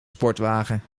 sportwagen